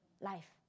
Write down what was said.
life